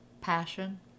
passion